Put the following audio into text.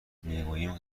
میگویم